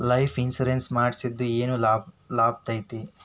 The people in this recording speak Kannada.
ಲೈಫ್ ಇನ್ಸುರೆನ್ಸ್ ಮಾಡ್ಸಿದ್ರ ಏನ್ ಲಾಭೈತಿ?